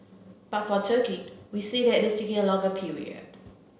but for Turkey we see that it is taking a longer period